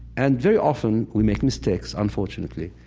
and very often, we make mistakes, unfortunately,